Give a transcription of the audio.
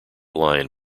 line